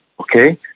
Okay